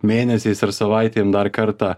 mėnesiais ar savaitėm dar kartą